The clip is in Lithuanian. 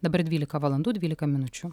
dabar dvylika valandų dvylika minučių